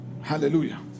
Hallelujah